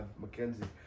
Mackenzie